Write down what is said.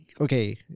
okay